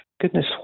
Goodness